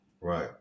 Right